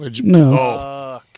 No